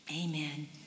Amen